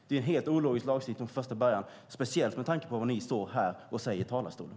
Det är en helt ologisk lagstiftning från första början, speciellt med tanke på vad ni står här och säger i talarstolen.